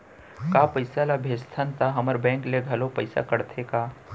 का पइसा ला भेजथन त हमर बैंक ले घलो पइसा कटथे का?